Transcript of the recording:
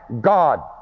God